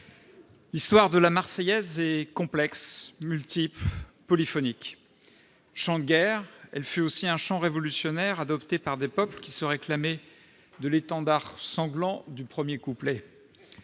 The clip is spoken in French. l'histoire de est complexe, multiple, polyphonique. Chant de guerre, elle fut aussi un chant révolutionnaire adopté par des peuples qui se réclamaient de « l'étendard sanglant » du premier couplet.